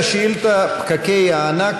ירושלים, הכנסת, שעה 11:00 תוכן העניינים